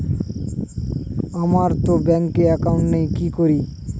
আমারতো ব্যাংকে একাউন্ট নেই কি করি?